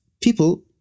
people